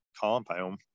compound